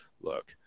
Look